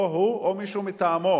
או הוא או מישהו מטעמו.